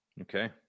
Okay